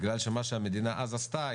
כי מה שהמדינה עשתה אז,